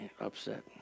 upset